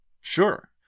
Sure